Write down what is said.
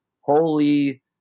Holy